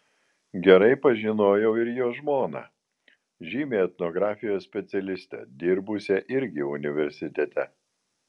gerai pažinojau ir jo žmoną žymią etnografijos specialistę dirbusią irgi universitete